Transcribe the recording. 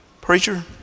Preacher